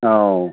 ꯑꯥꯎ